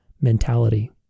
mentality